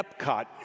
Epcot